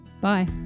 Bye